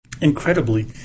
Incredibly